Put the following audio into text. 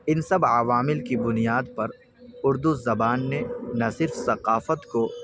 ان سب عوامل کی بنیاد پر اردو زبان نے نہ صرف ثقافت کو